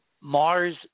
mars